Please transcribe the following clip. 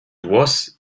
was